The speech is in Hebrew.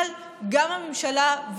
אבל הממשלה,